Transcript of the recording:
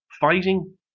Fighting